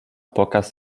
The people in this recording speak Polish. pokaz